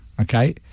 Okay